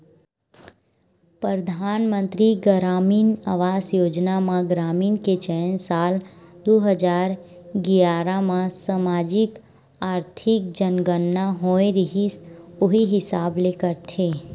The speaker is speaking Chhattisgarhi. परधानमंतरी गरामीन आवास योजना म ग्रामीन के चयन साल दू हजार गियारा म समाजिक, आरथिक जनगनना होए रिहिस उही हिसाब ले करथे